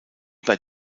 bei